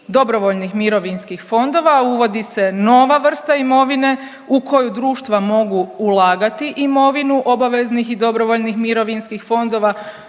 dobrovoljnih mirovinskih fondova uvodi se nova vrsta imovine u koju društva mogu ulagati imovinu obaveznih i dobrovoljnih mirovinskih fondova